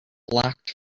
blocked